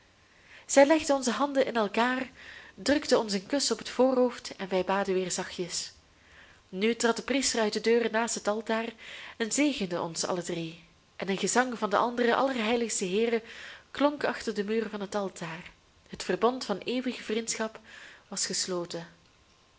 zij legde onze handen in elkaar drukte ons een kus op het voorhoofd en wij baden weer zachtjes nu trad de priester uit de deur naast het altaar zegende ons alle drie en een gezang van de andere allerheiligste heeren klonk achter den muur van het altaar het verbond van eeuwige vriendschap was gesloten